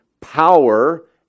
power